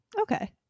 Okay